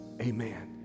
amen